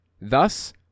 Thus